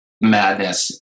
madness